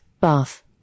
Bath